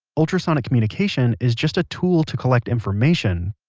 ultrasonic communication is just a tool to collect information,